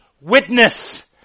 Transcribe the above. witness